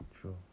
True